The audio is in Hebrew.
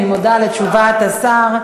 אני מודה על תשובת השר,